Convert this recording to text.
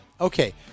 Okay